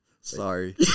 Sorry